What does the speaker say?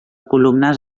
columnes